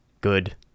good